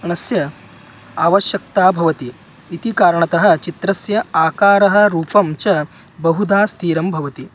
णस्य आवश्यक्ता भवति इति कारणतः चित्रस्य आकारः रूपं च बहुधा स्थिरं भवति